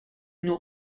nous